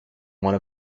one